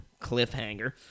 cliffhanger